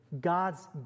God's